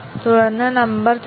എന്താണ് MCDC എന്ന് നോക്കാം